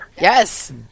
Yes